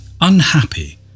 unhappy